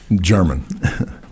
German